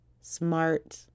smart